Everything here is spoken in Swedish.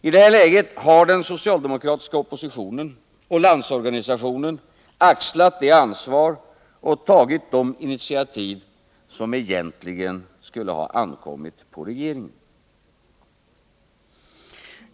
I det här läget har den socialdemokratiska oppositionen och Landsorganisationen axlat det ansvar och tagit de initiativ som egentligen skulle ha ankommit på regeringen.